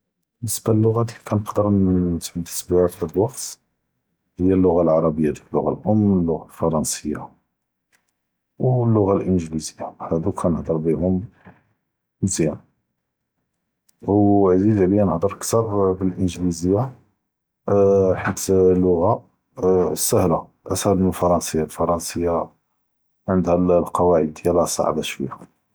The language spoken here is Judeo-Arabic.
באלניסבה ללוג’את לי כנקרא בלא מתד’יע וואק’ת היא אללוג’ה אלערביה אללוג’ה אלאם ו אללוג’ה אלפרנסיה ו אללוג’ה אלאנגליזיה הד’וק כנהדר בהאם מזיאן, ו עזיז עליא נהדר כתר באלאנגליזיה, חית אללוג’ה סאהלה אסתאהל מ אלפרנסיה, אלפרנסיה ענדהא לקוואעד דיאלהא סאבה שוייא.